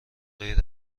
غیر